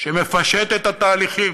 שמפשט את התהליכים,